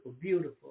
beautiful